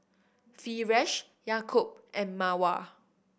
Firash Yaakob and Mawar